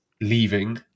leaving